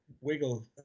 wiggle